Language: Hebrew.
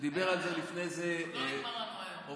ודיבר על זה לפני זה, עוד לא נגמר לנו היום.